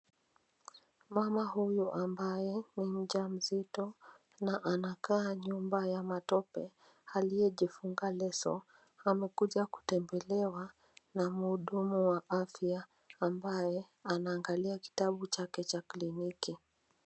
Mama huyu ambaye ni mjamzito na anakaa nyumba ya matope aliyejifunga leso amekuja kutembelewa na mhudumu wa afya ambaye anaangalia kitabu chake cha kliniki.